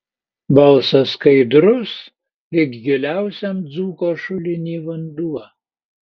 balsas skaidrus lyg giliausiam dzūko šuliny vanduo